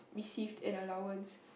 received an allowance